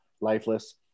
lifeless